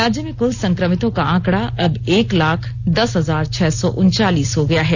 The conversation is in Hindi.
राज्य में कुल संक्रमितों की आंकड़ा अब एक लाख दस हजार छह सौ उनचालीस हो गया है